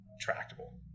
tractable